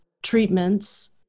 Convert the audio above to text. treatments